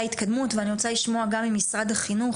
התקדמות ואני רוצה לשמוע גם ממשרד החינוך,